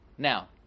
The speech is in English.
Now